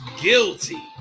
Guilty